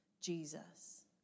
Jesus